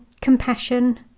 compassion